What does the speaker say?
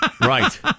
Right